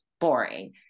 boring